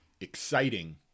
exciting